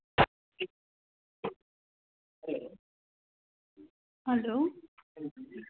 hello